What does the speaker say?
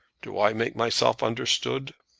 do i make myself understood?